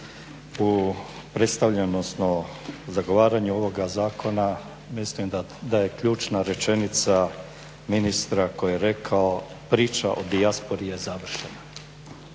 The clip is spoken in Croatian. U predstavljanju, odnosno zagovaranju ovoga zakona mislim da je ključna rečenica ministra koji je rekao priča o dijaspori je završena.